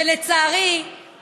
שלצערי,